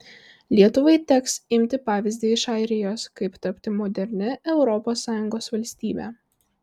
lietuvai teks imti pavyzdį iš airijos kaip tapti modernia europos sąjungos valstybe